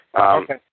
Okay